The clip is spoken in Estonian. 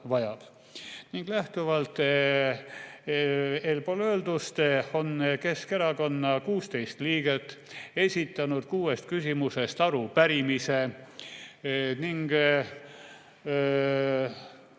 Lähtuvalt eespool öeldust on Keskerakonna 16 liiget esitanud kuue küsimusega arupärimise.